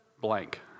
blank